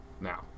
Now